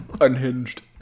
Unhinged